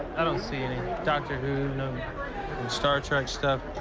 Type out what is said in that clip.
i don't see any. doctor who, no, and star trek stuff.